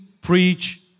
preach